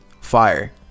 fire